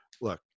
look